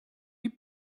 you